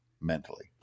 mentally